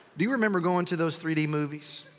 do you remember going to those three d movies?